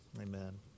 amen